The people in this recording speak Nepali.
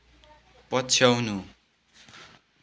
पछ्याउनु